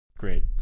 Great